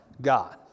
God